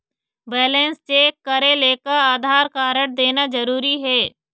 Balance check करेले का Aadhaar card देना जरूरी हे?